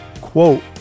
Quote